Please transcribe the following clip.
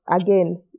again